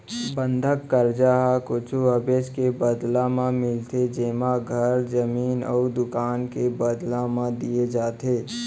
बंधक करजा ह कुछु अबेज के बदला म मिलथे जेमा घर, जमीन अउ दुकान के बदला म दिये जाथे